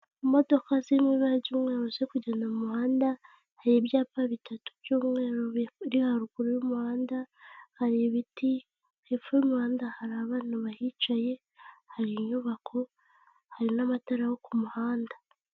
Imodoka ziri mu ibara ry'umweru ziri kugenda mu muhanda hari ibyapa bitatu by'umweru, haruguru y'umuhanda hari ibiti, hepfo y'umuhanda hari abana bahicaye, hari inyubako, hari n'amatara yo ku muhanda.